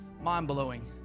mind-blowing